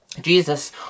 Jesus